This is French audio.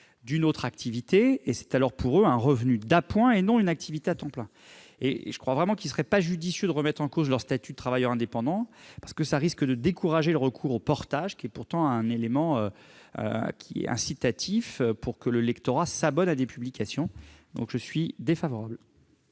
d'une autre activité. C'est alors pour eux un revenu d'appoint, et non une activité à temps plein. Je crois vraiment qu'il ne serait pas judicieux de remettre en cause leur statut de travailleur indépendant, car cela risquerait de décourager le recours au portage, qui est pourtant un élément incitatif pour que le lectorat s'abonne à des publications. Je suis défavorable